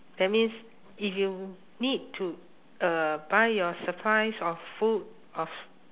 that means if you need to uh buy your supplies of food of